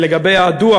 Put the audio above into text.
לגבי הדוח,